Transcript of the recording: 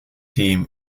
team